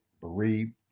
bereaved